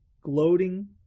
gloating